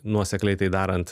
nuosekliai tai darant